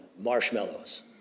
Marshmallows